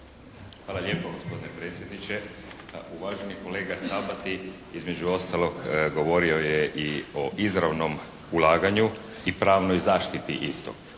Hvala lijepa gospodine predsjedniče. Uvaženi kolega Sabati između ostalog govorio je i o izravnom ulaganju i pravnoj zaštiti istog.